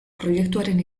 proiektuaren